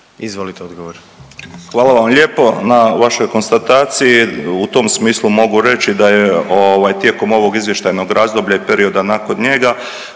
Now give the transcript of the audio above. Mario (HDZ)** Hvala vam lijepo na vašoj konstataciji. U tom smislu mogu reći da je ovaj tijekom ovog izvještajnog razdoblja i perioda nakon njega